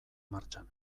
martxan